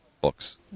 books